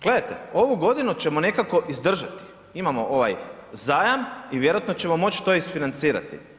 Gledajte ovu godinu ćemo nekako izdržati, imamo ovaj zajam i vjerojatno ćemo moći to isfinancirati.